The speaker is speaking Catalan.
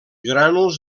grànuls